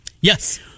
Yes